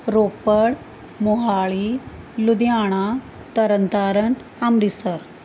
Ropar Mohali Ludhiana Tarn Taran Amritsar